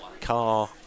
car